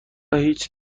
هیچ